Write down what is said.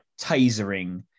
tasering